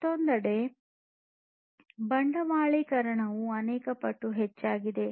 ಮತ್ತೊಂದೆಡೆ ಬಂಡವಾಳೀಕರಣವು ಅನೇಕ ಪಟ್ಟು ಹೆಚ್ಚಾಗಿದೆ